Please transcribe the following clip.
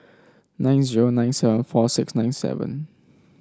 nine zero nine seven four six nine seven